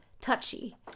touchy